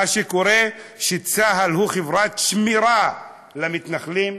מה שקורה זה שצה"ל הוא חברת שמירה למתנחלים,